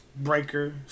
Breaker